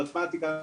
למתמטיקה,